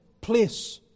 place